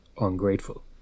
ungrateful